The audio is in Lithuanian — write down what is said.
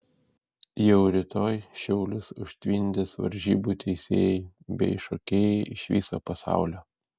jau rytoj šiaulius užtvindys varžybų teisėjai bei šokėjai iš viso pasaulio